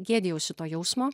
gėdijausi to jausmo